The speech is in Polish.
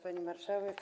Pani Marszałek!